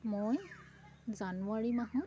মই জানুৱাৰী মাহত